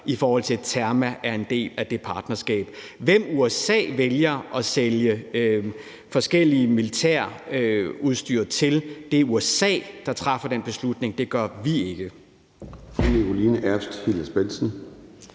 i forhold til at Terma er en del af det partnerskab. Hvem USA vælger at sælge forskelligt militærudstyr til, er en beslutning, som USA træffer. Det gør vi ikke.